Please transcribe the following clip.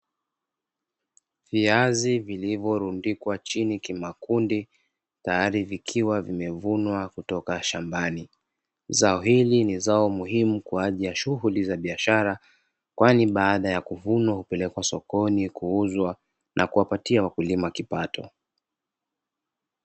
Viazi vilivorundikwa chini kimakundi tayari vikiwa vimevunwa kutoka shambani. Zao hili ni zao muhimu kwa ajili ya shughuli za biashara ,kwani baada ya kuvunwa hupelekwa sokoni kuuzwa na kuwapatia wakulima kipato.